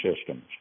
systems